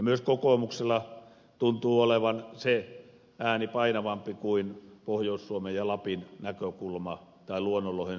myös kokoomuksella tuntuu olevan se ääni painavampi kuin pohjois suomen ja lapin näkökulma tai luonnonlohen suojelunäkökulma